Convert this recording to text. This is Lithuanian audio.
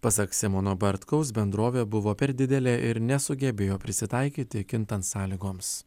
pasak simono bartkaus bendrovė buvo per didelė ir nesugebėjo prisitaikyti kintant sąlygoms